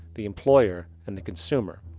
the employer and the consumer.